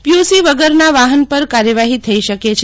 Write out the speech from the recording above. PUC વગરના વાહન પર કાર્યવાહી થઇ શકે છે